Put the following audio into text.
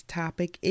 topic